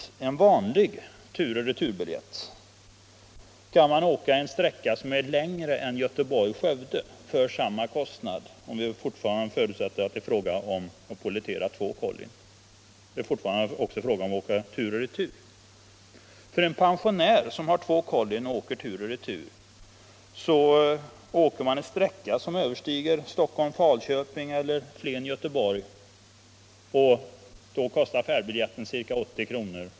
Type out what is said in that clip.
På en vanlig tur och retur-biljett kan man åka en sträcka som är längre än sträckan Göteborg-Skövde för samma kostnad som polletteringsavgiften, om vi fortfarande förutsätter att det är fråga om att pollettera två kollin vid tur och retur-resa. För en pensionär som har två kollin och åker tur och retur på en sträcka som överstiger sträckorna Stockholm-Falköping eller Flen-Göteborg kostar färdbiljetten 80 kr.